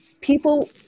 people